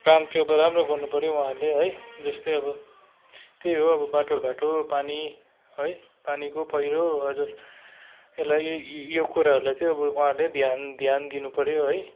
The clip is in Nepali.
काम चाहिँ राम्रो गर्नुपऱ्यो उहाँहरूले है जस्तै अब त्यही हो अब बाटोघाटो पानी है पानीको पैह्रो हजुर यसलाई यो कुराहरूलाई चाहिँ अब उहाँहरूले ध्यान ध्यान दिनुपऱ्यो है